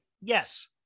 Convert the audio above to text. Yes